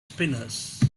spinners